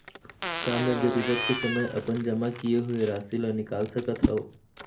का मैं जरूरत के समय अपन जमा किए हुए राशि ला निकाल सकत हव?